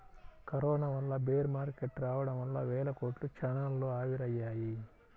corona వల్ల bear market రావడం వల్ల వేల కోట్లు క్షణాల్లో ఆవిరయ్యాయి